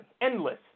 endless